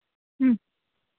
ம்